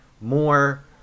More